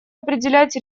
определять